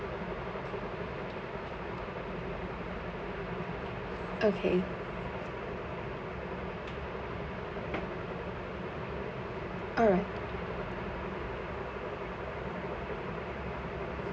okay alright